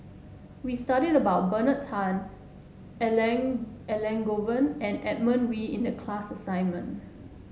we studied about Bernard Tan Elangovan and Edmund Wee in the class assignment